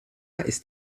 ist